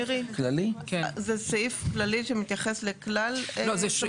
מירי, זה סעיף כללי שמתייחס לכלל הדברים?